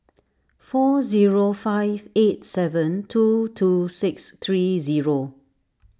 four zero five eight seven two two six three zero